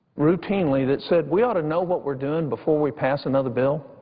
routinely that said we ought to know what we're doing before we pass another bill.